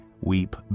weep